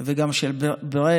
וגם של ברן,